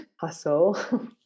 hustle